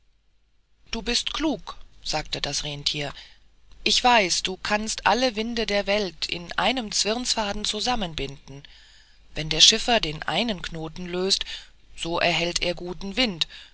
du bist klug sagte das renntier ich weiß du kannst alle winde der welt in einen zwirnsfaden zusammenbinden wenn der schiffer den einen knoten löst so erhält er guten wind